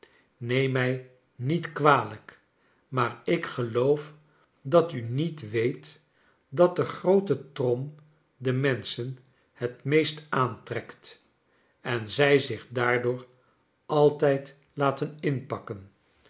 neem mij niet kwalijk maar ik geloof dat u niet vveet dat de groote trom de menschen het meest aantrekt en zij zich daardoor altijd laten inpakken